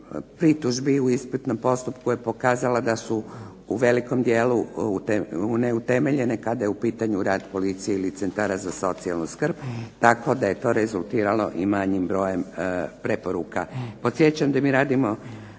pritužbi u ispitnom postupku je pokazala da su u velikom dijelu neutemeljeno kada je u pitanju rad policije ili centara za socijalnu skrb. Tako da je to rezultiralo i manjim brojem preporuka. Podsjećam da mi radimo